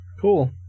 cool